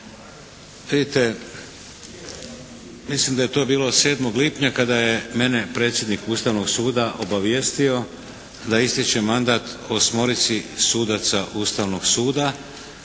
Hrvatske. Mislim da je to bilo 7. lipnja kada je mene predsjednik Ustavnog suda obavijestio da ističe mandat osmorici sudaca Ustavnog suda.